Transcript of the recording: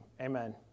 Amen